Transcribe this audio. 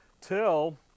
till